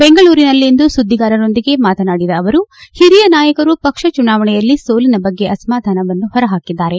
ಬೆಂಗಳೂರಿನಲ್ಲಿಂದು ಸುದ್ದಿಗಾರರೊಂದಿಗೆ ಮಾತನಾಡಿದ ಅವರು ಹಿರಿಯ ನಾಯಕರು ಪಕ್ಷ ಚುನಾವಣೆಯಲ್ಲಿ ಸೋಲಿನ ಬಗ್ಗೆ ಅಸಮಾಧಾನವನ್ನು ಹೊರ ಹಾಕಿದ್ದಾರೆ